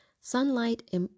Sunlight